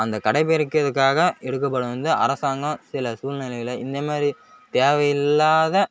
அந்த கடைப்பிடிக்கிறதுக்காக எடுக்கப்படும் வந்து அரசாங்கம் சில சூழ்நிலைகள இந்த மாரி தேவை இல்லாத